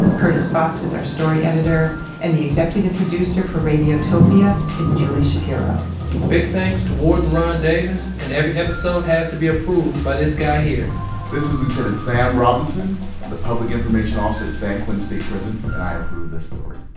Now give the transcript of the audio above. curtis fox is our story editor and the executive producer for radiotopia is julie shapiro big thanks to warden ron davis and every episode has to be approved by this guy here this is lieutenant sam robinson. i'm the public information officer at san quentin state prison and i approve this story